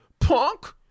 punk